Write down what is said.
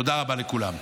תודה רבה לכולם.